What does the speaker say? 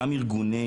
גם ארגונים,